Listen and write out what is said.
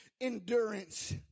endurance